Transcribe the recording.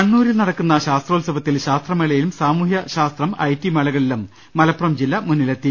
കണ്ണൂരിൽ നടക്കുന്ന ശാസ്ത്രോത്സ്വത്തിൽ ശാസ്ത്രമേളയിലും സാമൂഹ്യ ശാസ്ത്രം ് ഐടി മേളകളിലും മലപ്പുറം ജില്ല മുന്നിലെത്തി